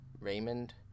Raymond